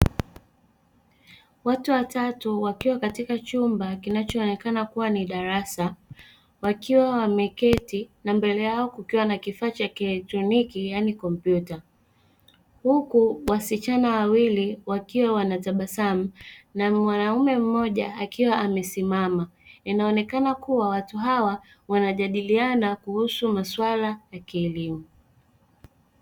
Watu watatu wakiwa katika chumba kinachoonekana kuwa ni darasa wakiwa wameketi na mbele yao kukiwa na kifaa cha kielektroniki yaani kompyuta. Huku wasichana wawili wakiwa wanatabasamu na mwanamume mmoja akiwa amesimama. Inaonekana kuwa watu hawa wanajadiliana kuhusu masuala ya kilimo.